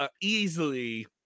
easily